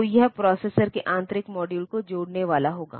तो यह प्रोसेसर के आंतरिक मॉड्यूल को जोड़ने वाला होगा